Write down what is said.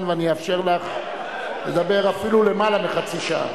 ואני אאפשר לך לדבר אפילו למעלה מחצי שעה.